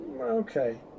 okay